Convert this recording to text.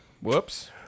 whoops